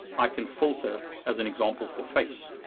i can filter as an example for face.